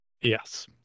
Yes